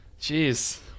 Jeez